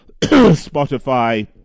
Spotify